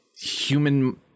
human